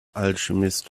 alchemist